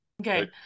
Okay